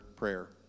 prayer